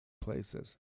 places